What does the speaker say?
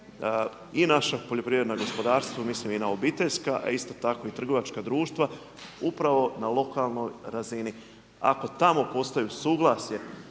i naša poljoprivredna gospodarstva, mislim i na obiteljska a isto tako i trgovačka društva upravo na lokalnoj razini. Ako tamo postoji suglasje